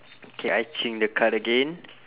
K I change the card again